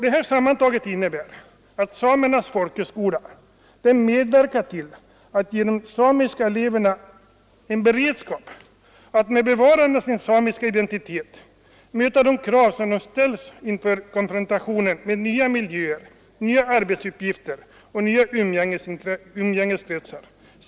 Detta sammantaget innebär att Samernas folkhögskola medverkar till att ge de samiska eleverna en beredskap att — med bevarande av sin samiska identitet — möta de krav som ställs på dem vid konfrontationen med nya miljöer, nya arbetsuppgifter och nya umgängeskretsar.